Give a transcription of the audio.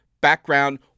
background